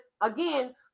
again